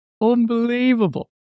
Unbelievable